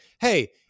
hey